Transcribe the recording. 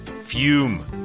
fume